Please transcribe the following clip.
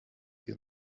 sie